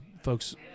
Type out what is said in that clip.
folks